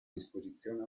disposizione